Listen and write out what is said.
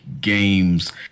games